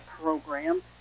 program